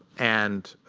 and